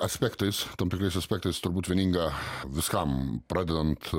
aspektais tam tikrais aspektais turbūt vieninga viskam pradedant